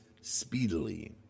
speedily